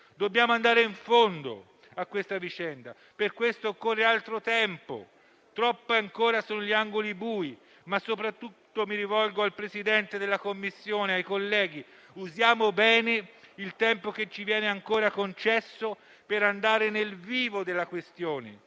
Dobbiamo andare a fondo di questa vicenda, e per questo occorre altro tempo; troppi sono ancora gli angoli bui. Soprattutto mi rivolgo al Presidente della Commissione e ai colleghi: usiamo bene il tempo che ci viene nuovamente concesso per andare nel vivo della questione.